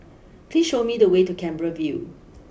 please show me the way to Canberra view